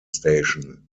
station